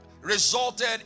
resulted